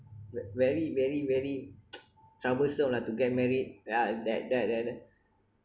very very very troublesome lah to get married ah that that and